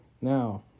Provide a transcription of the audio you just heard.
Now